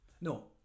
No